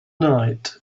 night